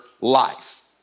life